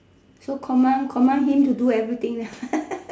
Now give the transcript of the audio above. so command command him to everything